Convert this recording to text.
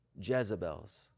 Jezebels